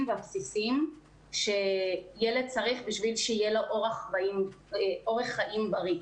והבסיסיים שילד צריך בשביל שיהיה לו אורח חיים בריא.